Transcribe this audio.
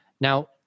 Now